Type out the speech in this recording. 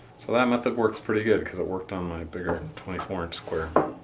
so that method works pretty good because it worked on my bigger twenty four inch square.